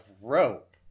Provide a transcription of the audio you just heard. rope